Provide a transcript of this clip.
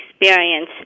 experience